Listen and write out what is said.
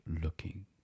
looking